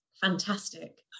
fantastic